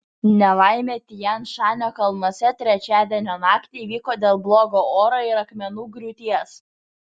nelaimė tian šanio kalnuose trečiadienio naktį įvyko dėl blogo oro ir akmenų griūties